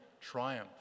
triumph